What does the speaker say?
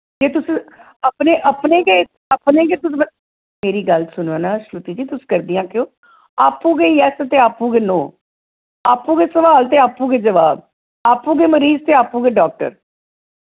जे तुस अपने अपने गै अपने गै तुस मेरी गल्ल सुनो ना श्रुती जी तुस करदियां केह् ओ आपू गै यैस्स ते आपू गै नो आपू गै सोआल ते आपू गै जवाब आपू गै मरीज ते आपू गै डाक्टर